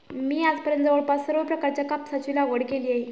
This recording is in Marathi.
मी आजपर्यंत जवळपास सर्व प्रकारच्या कापसाची लागवड केली आहे